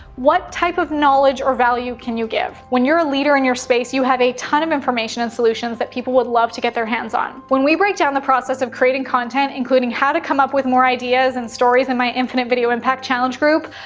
what type of knowledge or value can you give? when you're a leader in your space, you have a ton of information and solutions that people would love to get their hands on. when we breakdown the process of creating content, including how to come up with more ideas and stories in my infinite video impact challenge group.